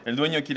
and doing here?